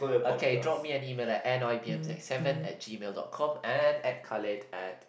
okay drop me an email at N I B M Z seven at gmail dot com and add Khalid at